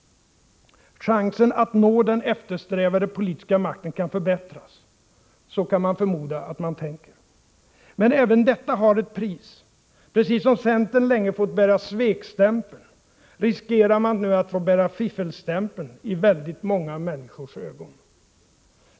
Chansen att nå den eftersträvade politiska makten kan förbättras. Så kan vi förmoda att man tänker. Men även detta har ett pris. Precis som centern länge fått bära svekstämpeln, riskerar man nu att få bära fiffelstämpeln i väldigt många människors ögon.